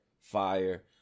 fire